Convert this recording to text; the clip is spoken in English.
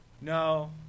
No